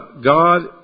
God